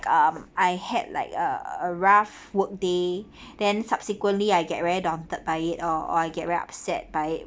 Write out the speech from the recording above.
um I had like a a rough work day then subsequently I get very daunted by it or I get very upset by it